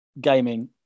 gaming